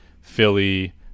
Philly